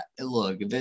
look